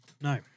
No